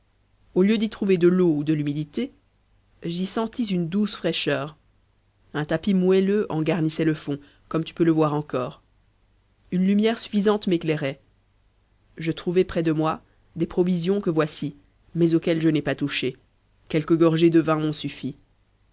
au lieu d'y trouver de l'eau ou de l'humidité j'y sentis une douce fraîcheur un tapis moelleux en garnissait le fond comme tu peux le voir encore une lumière suffisante m'éclairait je trouvai près de moi des provisions que voici mais auxquelles je n'ai pas touché quelques gorgées de vin m'ont suffi